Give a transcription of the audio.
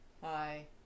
hi